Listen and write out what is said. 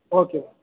okay madam